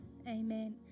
Amen